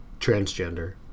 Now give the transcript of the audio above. transgender